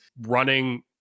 running